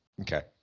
Okay